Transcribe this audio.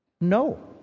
No